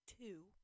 two